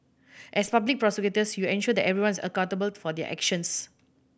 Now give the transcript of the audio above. as public prosecutors you ensure that everyone is accountable for their actions